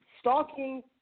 stalking